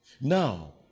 Now